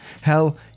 Hell